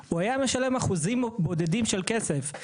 הוא היה משלם אחוזים בודדים של כסף.